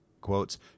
quotes